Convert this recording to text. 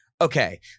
Okay